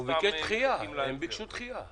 הם ביקשו דחייה.